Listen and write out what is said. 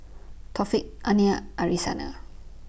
Taufik Aina Arissa